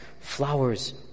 flowers